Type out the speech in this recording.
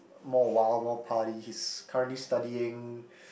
more wild more party he's currently studying